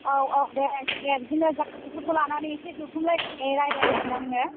औ औ दे दे बिदिनो गारजेनफोरखौ लानानै इसे जथुमलायनानै रायनांगोनना नोङो